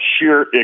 sheer